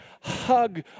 hug